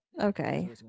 Okay